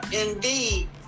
indeed